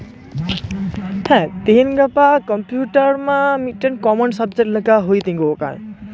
ᱦᱮᱸ ᱛᱤᱦᱤᱧ ᱜᱟᱯᱟ ᱠᱚᱢᱯᱤᱭᱩᱴᱟᱨ ᱢᱟ ᱢᱤᱫᱴᱮᱱ ᱠᱚᱢᱚᱱ ᱥᱟᱵᱡᱮᱠᱴ ᱞᱮᱠᱟ ᱦᱩᱭ ᱛᱤᱸᱜᱩ ᱟᱠᱟᱱ